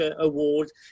Award